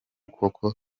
koko